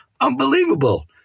Unbelievable